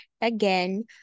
again